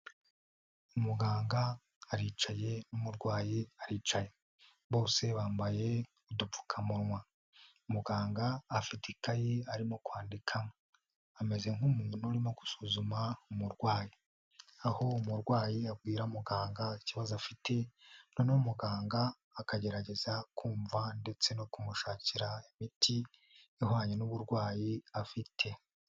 Umuganga aricaye n'umurwayi aricaye bose bambaye udupfukamunwa ,muganga afite ikayi arimo kwandika . Ameze nk'umuntu urimo gusuzuma umurwayi ,aho umurwayi abwira muganga ikibazo afite, noneho muganga akagerageza kumva ndetse no kumushakira imiti ihwanye n'uburwayi afite.